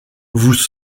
vous